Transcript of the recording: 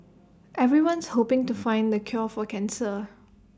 everyone's hoping to find the cure for cancer